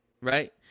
right